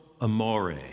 amore